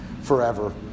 forever